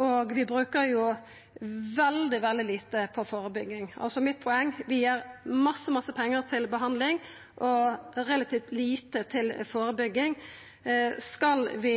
og vi brukar veldig, veldig lite på førebygging. Poenget mitt er at vi gir mykje, mykje pengar til behandling og relativt lite til førebygging. Skal vi